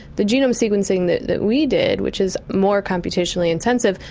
the genome sequencing that that we did, which is more computationally intensive,